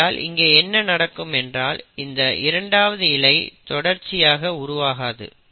ஆகையால் இங்கே என்ன நடக்கும் என்றால் இந்த இரண்டாவது இழை தொடர்ச்சியாக உருவாகாது